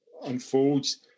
Unfolds